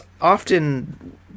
often